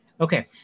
Okay